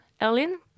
Ellen